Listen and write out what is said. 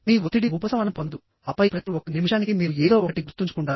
మీ ఒత్తిడి ఉపశమనం పొందదు ఆపై ప్రతి ఒక్క నిమిషానికి మీరు ఏదో ఒకటి గుర్తుంచుకుంటారు